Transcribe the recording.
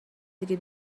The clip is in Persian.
دیگه